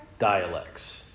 dialects